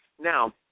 Now